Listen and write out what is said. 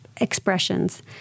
expressions